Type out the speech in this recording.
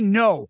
no